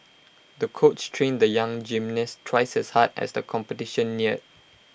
the coach trained the young gymnast twice as hard as the competition neared